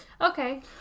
Okay